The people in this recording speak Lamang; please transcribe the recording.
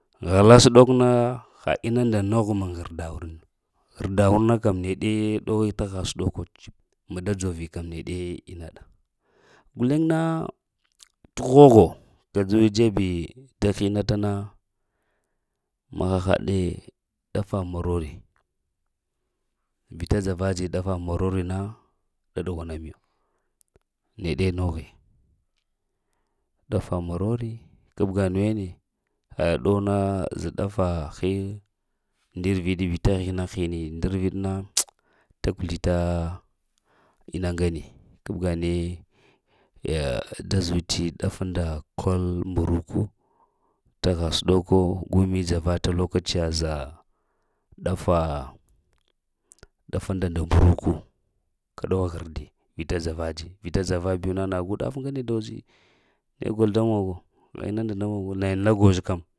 Ghalla səɗok na havinu nda nogh mu ghrda wurnu, ghrda wurna kəm neɗe ɗowi taha səɗoko, mada jovi kəm neɗe inaɗa guleŋ na t hoho kajuwe jebe da hinatana, ma hahaɗe ɗafa marori, vita javaji data marori na, da ɗughwana miyo, neɗe noghi. Ɗafa marori, tabga nuwene na yaɗɗowna zeɗ ɗafa həyu ndər viɗi vita hena hini ndər viɗ na ta kuslita ina ŋane. Tabga neyə yah da zuti ɗafu nda kol mbruku taha səɗoko gumi java t lokaciya za ɗata ɗafu nda nda mbruku kəɗawo ghridi, vita dza va dzi vita dzava biyu na nagu ɗafa ŋane doziyi ne golo da mono na inu nda da monu, nayiŋ la goz kəm